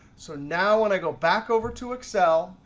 so now when i go back over to excel,